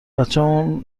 بچمون